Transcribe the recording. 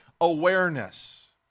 awareness